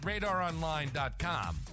RadarOnline.com